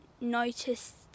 noticed